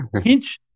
pinch –